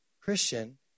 Christian